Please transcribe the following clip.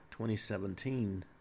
2017